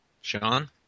Sean